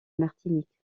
martinique